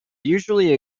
usually